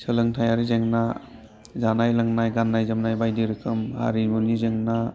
सोलोंथायारि जेंना जानाय लोंनाय गाननाय जोमनाय बायदि रोखोम आरिमुनि जेंना